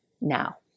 now